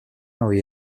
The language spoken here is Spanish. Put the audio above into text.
hoy